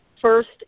first